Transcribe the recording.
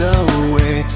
away